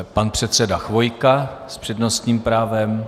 Pan předseda Chvojka s přednostním právem.